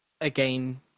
again